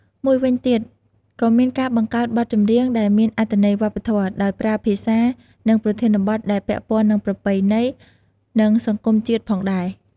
មួយវិញទៀតក៏មានការបង្កើតបទចម្រៀងដែលមានអត្ថន័យវប្បធម៌ ដោយប្រើភាសា និងប្រធានបទដែលពាក់ព័ន្ធនឹងប្រពៃណី និងសង្គមជាតិផងដែរ។